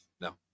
No